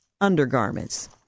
undergarments